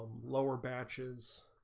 lower batches